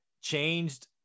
changed